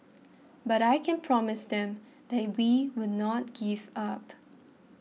but I can promise them that we will not give up